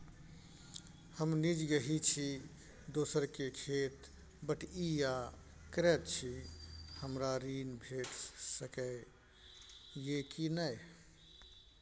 हम निजगही छी, दोसर के खेत बटईया करैत छी, हमरा ऋण भेट सकै ये कि नय?